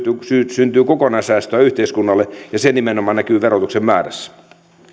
syntyy kokonaissäästöä yhteiskunnalle ja se nimenomaan näkyy verotuksen määrässä